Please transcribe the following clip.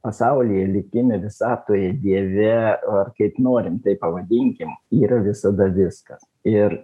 pasaulyje ir likime visatoje dieve vat kaip norim taip pavadinkim yra visada viskas ir